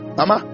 Mama